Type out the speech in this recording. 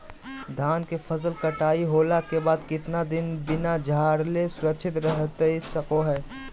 धान के फसल कटाई होला के बाद कितना दिन बिना झाड़ले सुरक्षित रहतई सको हय?